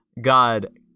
God